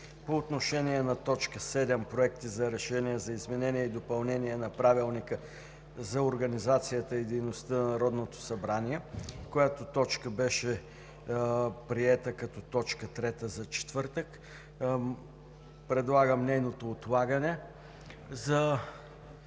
по отношение на точка седма – Проекти на решения за изменение и допълнение на Правилника за организацията и дейността на Народното събрание, която беше приета като точка трета за четвъртък. Предлагам нейното отлагане за